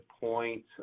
point